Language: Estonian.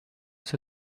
see